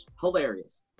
Hilarious